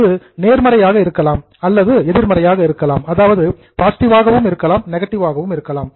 அது பாசிட்டிவ் நேர்மறையாக இருக்கலாம் அல்லது நெகட்டிவ் எதிர்மறையாக இருக்கலாம்